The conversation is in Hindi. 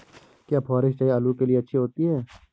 क्या फुहारी सिंचाई आलू के लिए अच्छी होती है?